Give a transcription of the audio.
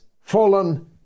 fallen